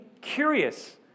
curious